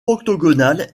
octogonale